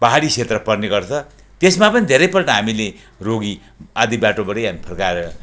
पाहाडी क्षेत्र पर्ने गर्दा त्यसमा पनि धेरैपल्ट हामीले रोगी आधी बाटोबाटै हामीले फर्काएर